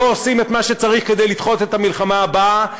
לא עושים את מה שצריך כדי לדחות את המלחמה הבאה,